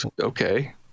okay